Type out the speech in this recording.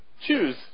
choose